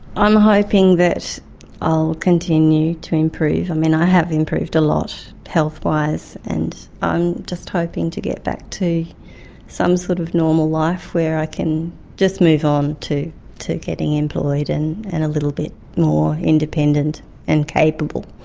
i'm hoping that i'll continue to improve. i mean, i have improved a lot health-wise, and i'm just hoping to get back to some sort of normal life where i can just move on to to getting employed and and a little bit more independent and capable.